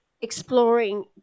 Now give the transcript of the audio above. exploring